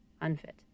unfit